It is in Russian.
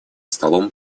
столом